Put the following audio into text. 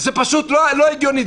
זה פשוט לא הגיוני.